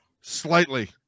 slightly